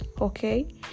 Okay